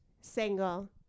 single